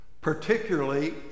particularly